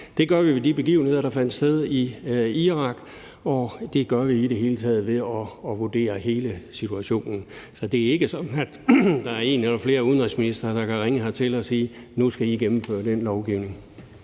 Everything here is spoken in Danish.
det gør vi ved de begivenheder, der fandt sted i Irak; og det gør vi i det hele taget ved at vurdere hele situationen. Så det er ikke sådan, at der er en eller flere udenrigsministre, der kan ringe hertil og sige: Nu skal I gennemføre den lovgivning.